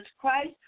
Christ